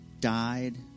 died